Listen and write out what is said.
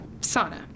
sauna